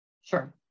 Sure